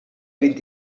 vint